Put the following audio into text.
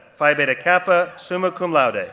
phi beta kappa, summa cum laude,